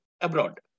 abroad